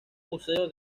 museo